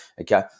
Okay